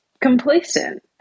complacent